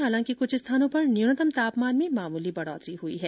हालांकि कुछ स्थानों पर न्यूनतम तापमान में मामूली बढ़ोतरी हुई है